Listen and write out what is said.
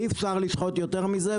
אי אפשר לשחוט יותר מזה,